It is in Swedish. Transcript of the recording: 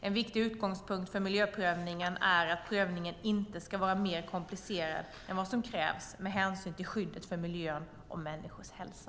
En viktig utgångspunkt för miljöprövningen är att prövningen inte ska vara mer komplicerad än vad som krävs med hänsyn till skyddet för miljön och människors hälsa.